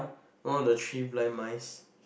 oh the three blind mice